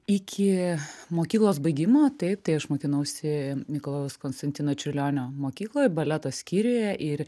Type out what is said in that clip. iki mokyklos baigimo taip tai aš mokinausi mikalojaus konstantino čiurlionio mokykloj baleto skyriuje ir